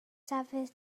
dafydd